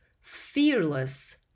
fearless